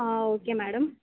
okay madam